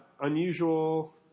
unusual